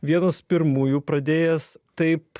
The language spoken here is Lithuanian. vienas pirmųjų pradėjęs taip